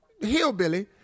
hillbilly